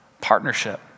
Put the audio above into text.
Partnership